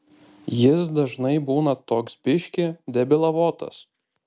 jis dažnai būna toks biškį debilavotas